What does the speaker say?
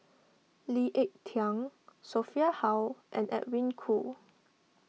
Lee Ek Tieng Sophia Hull and Edwin Koo